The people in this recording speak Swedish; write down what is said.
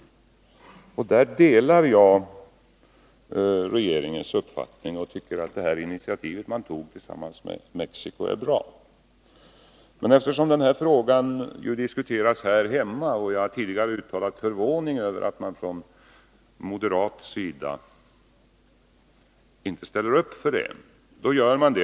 I fråga om detta delar jag regeringens uppfattning. Jag tycker att det initiativ man tog tillsammans med Mexico är bra. Den här frågan diskuteras ju här hemma, och jag har tidigare uttalat min förvåning över att man från moderat sida inte ställer upp för en frysning.